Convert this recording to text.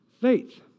faith